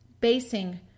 basing